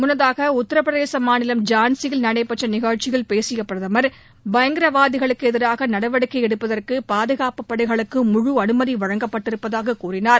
முன்னதாக உத்திரபிரதேச மாநிலம் ஜான்சியில் நடைபெற்ற நிகழ்ச்சியில் பேசிய பிரதமர் பயங்கரவாதிகளுக்கு எதிராக நடவடிக்கை எடுப்பதற்கு பாதுகாப்பு படைகளுக்கு முழு அலுமதி வழங்கப்பட்டிருப்பதாக கூறினார்